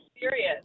serious